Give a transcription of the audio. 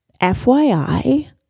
FYI